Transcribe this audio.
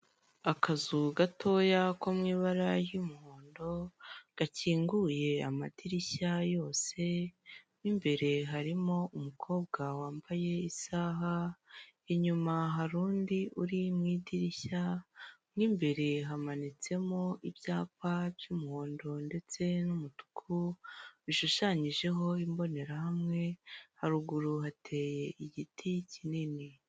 Akazu gatoya ko mu ibara ry'umuhondo, gakinguye amadirishya yose, mo imbere harimo umukobwa wambaye isaha, inyuma hari undi uri mu idirishya, mo imbere hamanitsemo ibyapa by'umuhondo ndetse n'umutuku bishushanyijeho imbonerahamwe, haruguru hateye igiti kinini.